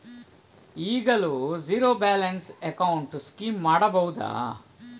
ಈಗಲೂ zero balance account scheme ಮಾಡಬಹುದಾ?